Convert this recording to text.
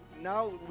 now